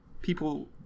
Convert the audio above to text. people